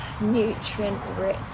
nutrient-rich